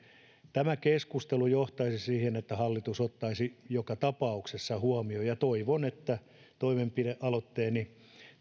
tämä keskustelu johtaisi siihen että hallitus ottaisi tämän joka tapauksessa huomioon ja toivon että toimenpidealoitteeni